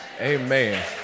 Amen